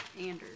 Anders